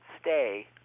stay